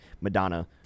Madonna